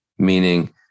meaning